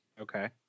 Okay